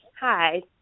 hi